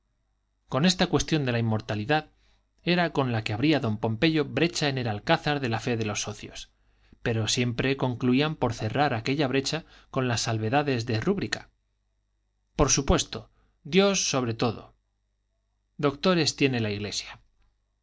con esta cuestión de la inmortalidad era con la que abría don pompeyo brecha en el alcázar de la fe de los socios pero siempre concluían por cerrar aquella brecha con las salvedades de rúbrica por supuesto dios sobre todo doctores tiene la iglesia y